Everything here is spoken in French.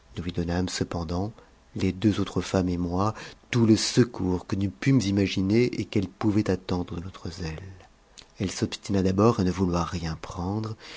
cependant les deux autres femmes et moi tout le secours que mus pûmes imaginer et qu'elle pouvait attendre de notre zèle elle sobsuna d'abord à ne vouloir rien prendre